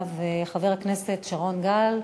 עכשיו חבר הכנסת שרון גל,